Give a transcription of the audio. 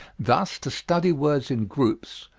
thus to study words in groups,